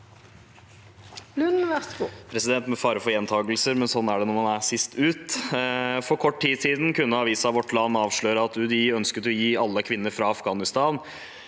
«For kort tid siden kunne avisa Vårt Land avsløre at UDI ønsket å gi alle kvinner fra Afghanistan